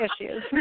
issues